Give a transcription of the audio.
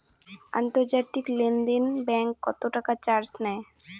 আন্তর্জাতিক লেনদেনে ব্যাংক কত টাকা চার্জ নেয়?